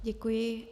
Děkuji.